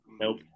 Nope